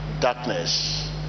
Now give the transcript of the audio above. darkness